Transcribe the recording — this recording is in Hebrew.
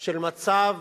של מצב